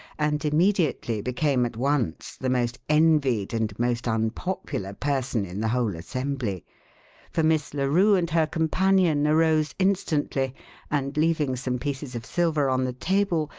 and immediately became at once the most envied and most unpopular person in the whole assembly for miss larue and her companion arose instantly and, leaving some pieces of silver on the table,